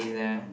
mm